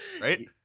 Right